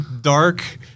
dark